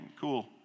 cool